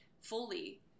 fully